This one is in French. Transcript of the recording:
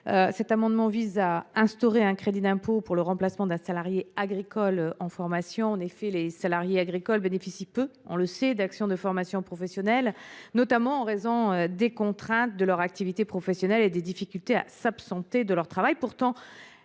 Cet amendement vise à instaurer un crédit d’impôt pour le remplacement d’un salarié agricole en formation. En effet, les salariés agricoles ne bénéficient que de peu d’actions de formation professionnelle, notamment en raison de leurs contraintes professionnelles et de leur difficulté à s’absenter de leur lieu